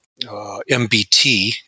MBT